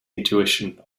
intuition